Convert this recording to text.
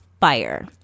fire